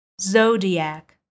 zodiac